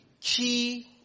key